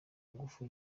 ngufu